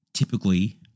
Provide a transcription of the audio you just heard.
Typically